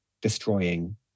destroying